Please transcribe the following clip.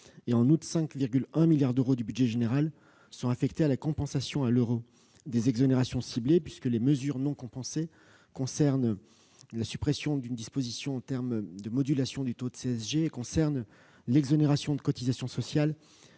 En outre, 5,1 milliards d'euros du budget général sont affectés à la compensation à l'euro près des exonérations ciblées, puisque les mesures non compensées concernent la suppression d'une disposition relative à la modulation du taux de CSG et l'exonération de cotisations sociales